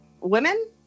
women